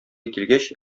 килгәч